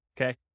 okay